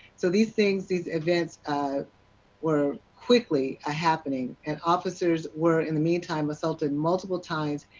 so these things, these events ah were quickly ah happening, and officers were in the meantime assaulted multiple times,